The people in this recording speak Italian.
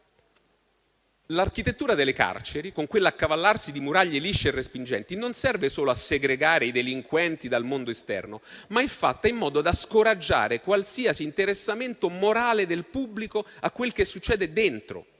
«L'architettura delle carceri, con quell'accavallarsi di muraglie lisce e respingenti, non serve solo a segregare i delinquenti dal mondo esterno, ma è fatta in modo da scoraggiare qualsiasi interessamento morale del pubblico a quel che succede dentro,